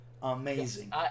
Amazing